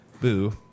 Boo